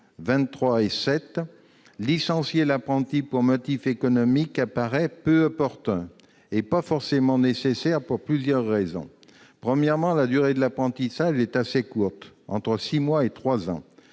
7 rectifié. Licencier l'apprenti pour motif économique apparaît peu opportun et pas forcément nécessaire, et ce pour plusieurs raisons. Premièrement, la durée de l'apprentissage est assez courte : entre six mois et trois